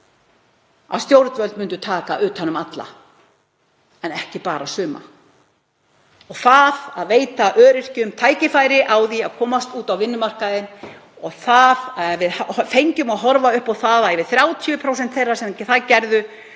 línur að stjórnvöld myndu taka utan um alla en ekki bara suma. Það á að veita öryrkjum tækifæri á því að komast út á vinnumarkaðinn. Ef við fengjum að horfa upp á það að yfir 30% þeirra sem það gerðu